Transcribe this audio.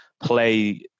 play